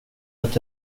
att